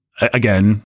again